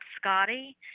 Scotty